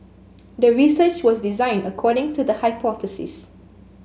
the research was designed according to the hypothesis